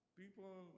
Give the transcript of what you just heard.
people